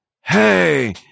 hey